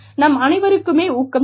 நம் அனைவருக்குமே ஊக்கம் தேவை